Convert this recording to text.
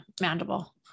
mandible